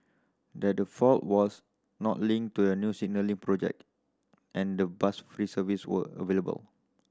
that the fault was not linked to a new signalling project and the bus free service were available